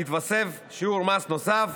יתווסף שיעור מס נוסף,